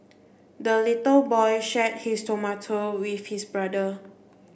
the little boy shared his tomato with his brother